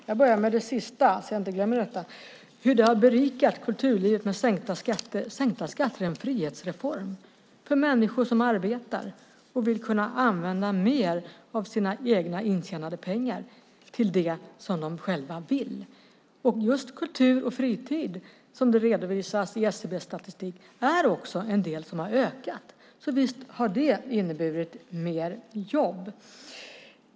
Herr talman! Låt mig börja med det sista, hur skattesänkningarna berikat kulturlivet. Sänkta skatter är en frihetsreform för människor som arbetar och vill kunna använda mer av sina egna intjänade pengar till det som de själva väljer. Just kultur och fritid är den del som enligt SCB:s statistik har ökat. Så visst har det inneburit fler jobb.